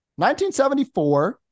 1974